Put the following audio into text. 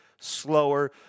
slower